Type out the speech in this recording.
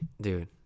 dude